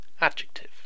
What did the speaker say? adjective